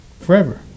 forever